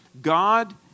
God